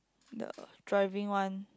the driving one